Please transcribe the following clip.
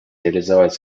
реализовать